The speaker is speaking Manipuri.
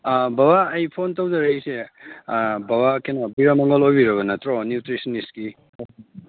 ꯕꯕꯥ ꯑꯩ ꯐꯣꯟ ꯇꯧꯖꯔꯛꯏꯁꯦ ꯕꯕꯥ ꯀꯩꯅꯣ ꯕꯤꯔꯃꯪꯒꯣꯜ ꯑꯣꯏꯕꯤꯔꯕ ꯅꯠꯇ꯭ꯔꯣ ꯅ꯭ꯌꯨꯇ꯭ꯔꯤꯁꯅꯤꯁꯀꯤ